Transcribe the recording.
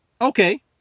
Okay